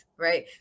right